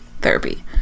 therapy